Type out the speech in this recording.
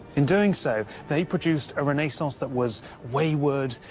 in doing so, they produced a renaissance that was wayward,